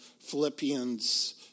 Philippians